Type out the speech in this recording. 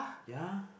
ya